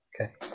okay